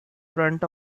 front